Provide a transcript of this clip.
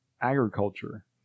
agriculture